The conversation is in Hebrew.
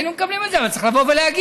היינו מקבלים את זה, אבל צריך לבוא ולהגיד.